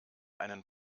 einen